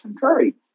Curry